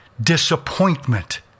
disappointment